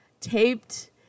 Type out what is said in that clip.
taped